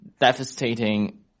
devastating